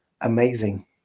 amazing